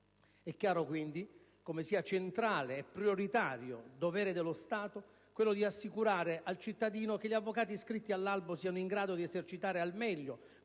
È chiaro, quindi, come sia centrale e prioritario dovere dello Stato quello di assicurare al cittadino che gli avvocati iscritti all'albo siano in grado di esercitare al meglio,